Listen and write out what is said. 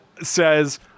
says